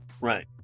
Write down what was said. Right